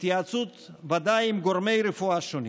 ודאי התייעצות עם גורמי רפואה שונים,